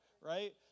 right